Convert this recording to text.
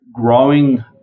growing